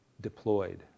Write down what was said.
deployed